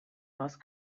most